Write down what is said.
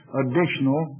additional